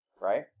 Right